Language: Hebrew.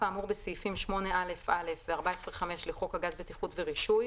האמור בסעיפים 8א(א) ו-14(5) לחוק הגז (בטיחות ורישוי)